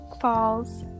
Falls